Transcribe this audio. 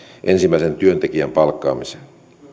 ensimmäisen työntekijän palkkaamisesta